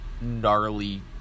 gnarly